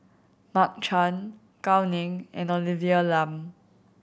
Mark Chan Gao Ning and Olivia Lum